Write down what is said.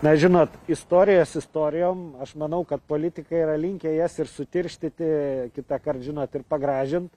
na žinot istorijas istorijom aš manau kad politikai yra linkę jas ir sutirštinti kitąkart žinot ir pagražint